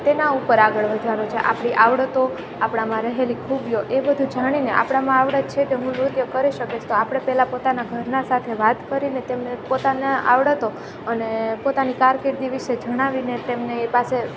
તેના ઉપર આગળ વધારવી છે આપણી આવડતો આપણામાં રહેલી ખૂબીઓ એ બધું જાણીને આપણામાં આવડત છે કે હું નૃત્ય કરી શકીશ તો આપણે પહેલાં પોતાના ઘરના સાથે વાત કરીને તેમને પોતાના આવડતો અને પોતાની કારકિર્દી વિશે જણાવીને તેમની પાસે